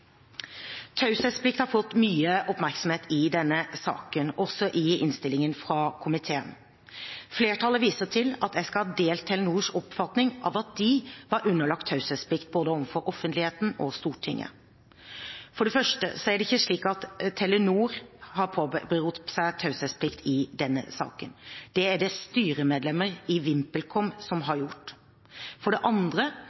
Taushetsplikt har fått mye oppmerksomhet i denne saken, også i innstillingen fra komiteen. Flertallet viser til at jeg skal ha delt Telenors oppfatning av at de var underlagt taushetsplikt overfor både offentligheten og Stortinget. For det første er det ikke slik at Telenor har påberopt seg taushetsplikt i denne saken. Det er det styremedlemmer i VimpelCom som har gjort. For det andre